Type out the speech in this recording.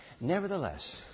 nevertheless